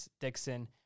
Dixon